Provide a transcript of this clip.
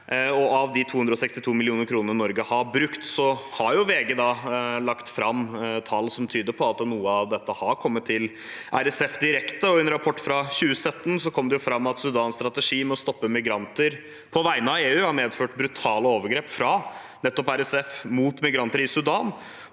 Av de 262 mill. kr Norge har brukt, har VG lagt fram tall som tyder på at noe av dette har kommet til RSF direkte. I en rapport fra 2017 kom det fram at Sudans strategi med å stoppe migranter på vegne av EU har medført brutale overgrep fra nettopp RSF mot migranter i Sudan,